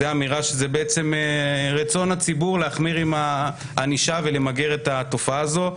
זו אמירה שרצון הציבור הוא להחמיר את הענישה ולמגר את התופעה הזו.